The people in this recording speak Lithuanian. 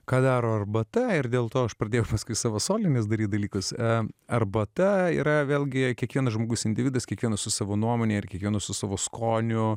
ką daro arbata ir dėl to aš pradėjau paskui savo solinius daryt dalykus a arbata yra vėlgi jei kiekvienas žmogus individas kiekvienas su savo nuomonę ir kiekvienu savo skoniu